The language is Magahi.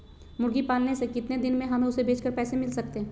मुर्गी पालने से कितने दिन में हमें उसे बेचकर पैसे मिल सकते हैं?